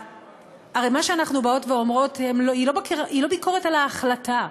הרי מה שאנחנו באות ואומרות הוא לא ביקורת על ההחלטה,